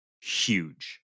huge